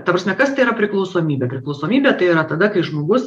ta prasme kas tai yra priklausomybė priklausomybė tai yra tada kai žmogus